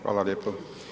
Hvala lijepo.